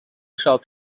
stop